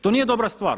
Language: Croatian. To nije dobra stvar.